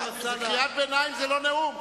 קריאת ביניים זה לא נאום,